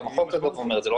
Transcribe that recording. וגם החוק אומר את זה,